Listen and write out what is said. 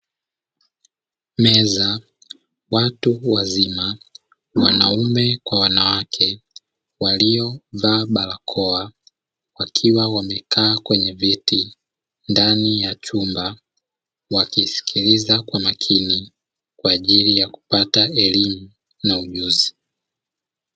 Meza, watu wazima, wanaume kwa wanawake waliovaa barakoa wakiwa wamekaa kwenye viti ndani ya chumba wakisikiliza kwa makini kwa ajili ya kupata elimu na ujuzi.